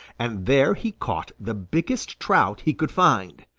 and there he caught the biggest trout he could find.